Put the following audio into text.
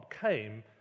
came